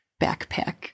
backpack